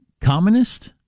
communist